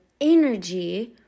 energy